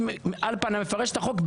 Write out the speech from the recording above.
שישה.